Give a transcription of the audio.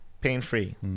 pain-free